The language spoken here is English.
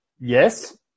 Yes